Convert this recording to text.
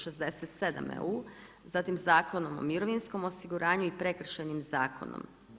67 Eu, zatim Zakonom o mirovinskom osiguranju i Prekršajnim zakonom.